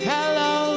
Hello